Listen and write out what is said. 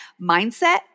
mindset